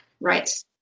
Right